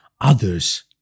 others